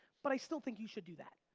but i still think you should do that.